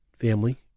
Family